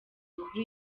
kuri